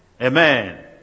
Amen